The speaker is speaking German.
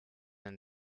ein